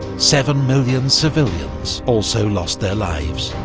seven million civilians also lost their lives.